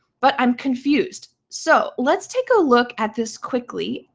but i'm confused. so let's take a look at this quickly.